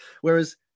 Whereas